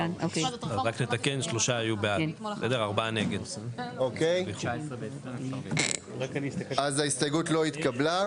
הצבעה בעד 3 נגד 4 ההסתייגות לא התקבלה.